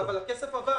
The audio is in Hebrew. אבל הכסף עבר.